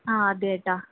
അ ആദ്യമായിട്ടാണ്